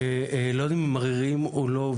לא יודעים אם מדובר בקשישים עריריים או לא.